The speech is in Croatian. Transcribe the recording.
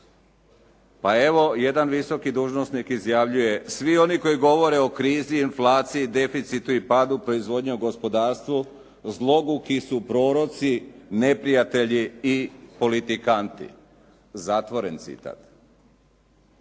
evo jedan visoki dužnosnik izjavljuje: "Svi oni koji govore o krizi i inflaciji, deficitu i padu proizvodnje u gospodarstvu zloguki su proroci, neprijatelji i politikanti." Pa onda